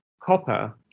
Copper